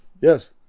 Yes